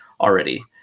already